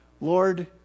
Lord